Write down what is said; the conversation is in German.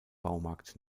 baumarkt